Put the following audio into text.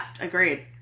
agreed